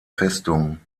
festung